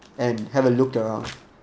and have a look around